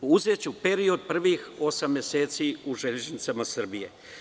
Uzeću period od prvih osam meseci u „Železnicama Srbije“